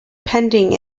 pending